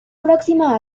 próxima